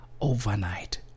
overnight